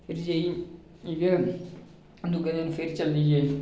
फिर जाइयै इयै दुए दिन फिर चली गे